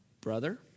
brother